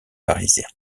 parisiens